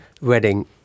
Wedding